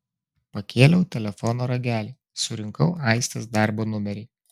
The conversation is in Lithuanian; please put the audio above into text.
pakėliau telefono ragelį surinkau aistės darbo numerį